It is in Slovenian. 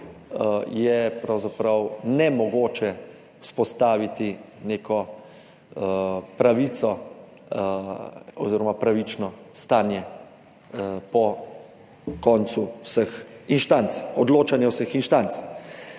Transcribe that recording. je pravzaprav nemogoče vzpostaviti neko pravico oziroma pravično stanje po koncu odločanja vseh instanc.